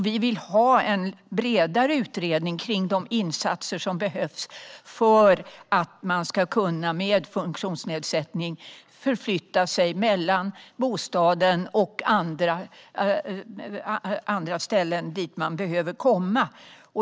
Vi vill ha en bredare utredning kring de insatser som behövs för att man, med funktionsnedsättning, ska kunna förflytta sig mellan bostaden och andra ställen dit man behöver komma.